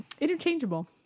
interchangeable